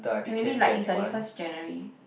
okay maybe like in thirty first January